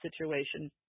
situation